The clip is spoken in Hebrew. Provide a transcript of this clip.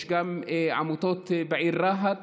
יש גם עמותות בעיר רהט